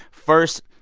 first,